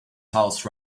house